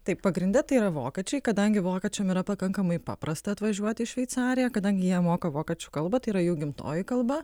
taip pagrinde tai yra vokiečiai kadangi vokiečiam yra pakankamai paprasta atvažiuoti į šveicariją kadangi jie moka vokiečių kalbą tai yra jų gimtoji kalba